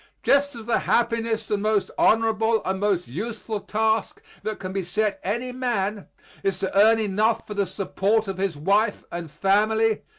just as the happiest and most honorable and most useful task that can be set any man is to earn enough for the support of his wife and family,